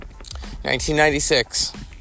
1996